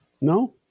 No